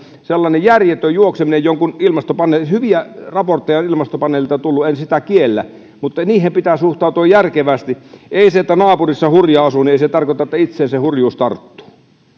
sellainen järjetön juokseminen jonkun ilmastopaneelin perässä hyviä raportteja on ilmastopaneelilta tullut en sitä kiellä mutta niihin pitää suhtautua järkevästi ei se että naapurissa hurja asuu tarkoita että itseen se hurjuus tarttuu